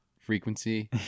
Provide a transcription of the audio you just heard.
frequency